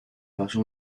pasó